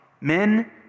men